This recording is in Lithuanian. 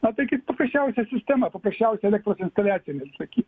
na tai kaip paprasčiausia sistema paprasčiausia elektros instaliacija sakyt